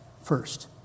First